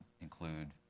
include